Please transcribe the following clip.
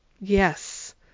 yes